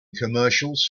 commercials